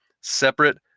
separate